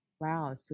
wow